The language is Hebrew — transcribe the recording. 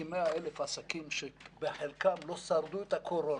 כ-100,000 עסקים שבחלקם לא שרדו את הקורונה.